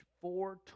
Four